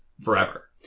forever